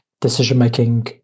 decision-making